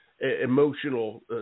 emotional